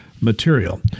material